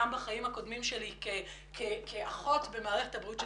גם בחיים הקודמים שלי כאחות במערכת הבריאות של